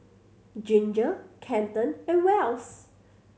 Ginger Kenton and Wells